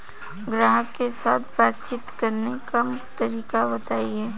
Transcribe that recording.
ग्राहक के साथ बातचीत करने का तरीका बताई?